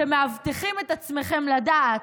שמאבטחים את עצמכם לדעת,